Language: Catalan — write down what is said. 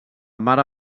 mare